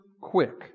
quick